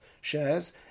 shares